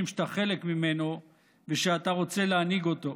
שאתה חלק ממנו ושאתה רוצה להנהיג אותו.